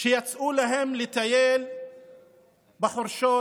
שיצאו להם לטייל בחורשות